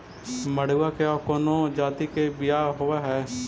मडूया के और कौनो जाति के बियाह होव हैं?